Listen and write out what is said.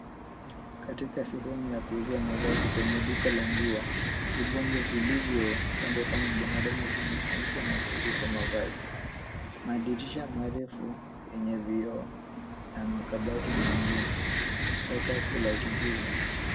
Katika sehemu ya kuuzia mavazi kwenye duka la nguo, vibonzo vilivyo chongwa kama binadamu vimesimamishwa na kuvikwa mavazi. Madirisha marefu, yenye vioo na makabati mengine, sakafu la kijivu.